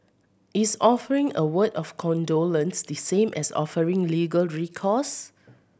is offering a word of condolence the same as offering legal recourse